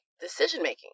decision-making